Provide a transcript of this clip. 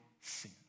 sin